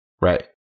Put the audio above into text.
Right